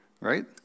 Right